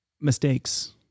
mistakes